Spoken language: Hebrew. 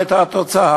ומה הייתה התוצאה?